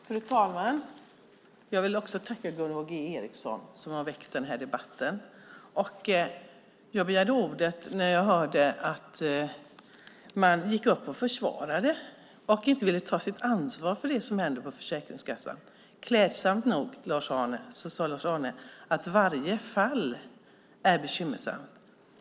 Fru talman! Jag vill också tacka Gunvor G Ericson, som har väckt den här debatten. Jag begärde ordet när jag hörde att man gick upp till försvar och inte ville ta sitt ansvar för det som händer på Försäkringskassan. Klädsamt nog sade Lars-Arne att varje fall är bekymmersamt.